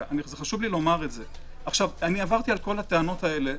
עברתי על כך הטענות האלה.